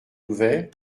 ouvert